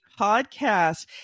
Podcast